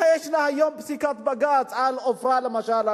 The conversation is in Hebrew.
ישנה היום פסיקת בג"ץ על עופרה, למשל,